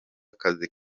akazi